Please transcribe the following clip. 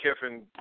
Kiffin –